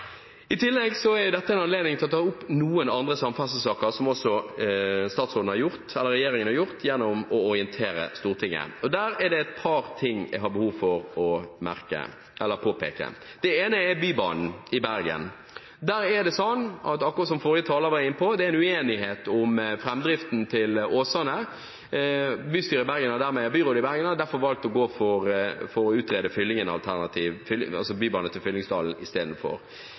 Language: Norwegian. I tillegg er dette en anledning til å ta opp noen andre samferdselssaker, som også regjeringen har gjort gjennom å orientere Stortinget, og der er det et par ting jeg har behov for å påpeke. Det ene er Bybanen i Bergen. Der er det en uenighet om framdriften til Åsane. Byrådet i Bergen har derfor valgt å gå for å utrede Fyllingen-alternativet, altså bybane til Fyllingsdalen, istedenfor.